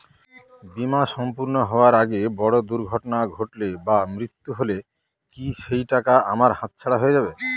বীমা সম্পূর্ণ হওয়ার আগে বড় দুর্ঘটনা ঘটলে বা মৃত্যু হলে কি সেইটাকা আমার হাতছাড়া হয়ে যাবে?